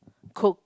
cook